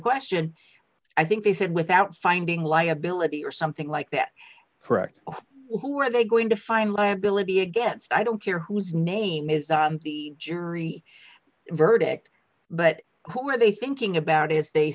question i think they said without finding liability or something like that correct who are they going to find liability against i don't care whose name is the jury verdict but who are they thinking about as they